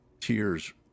tears